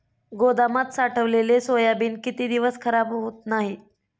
गोदामात साठवलेले सोयाबीन किती दिवस खराब होत नाही?